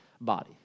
body